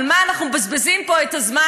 על מה אנחנו מבזבזים פה את הזמן?